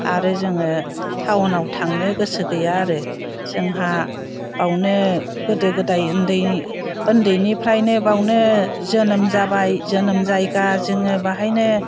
आरो जोङो टाउनाव थांनो गोसो गैया आरो जोंहा बेयावनो गोदो गोदाय उन्दै उन्दैनिफ्रायनो बेयावनो जोनोम जाबाय जोनोम जायगा जोङो बेवहायनो